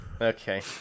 Okay